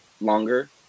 longer